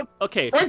Okay